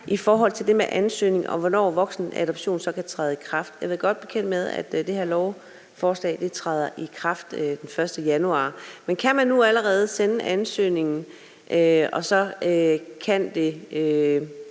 i forhold til det med ansøgning, og hvornår voksenadoption så kan træde i kraft. Jeg er godt bekendt med, at det her lovforslag træder i kraft den 1. januar. Men kan man allerede nu sende ansøgningen, og så kan det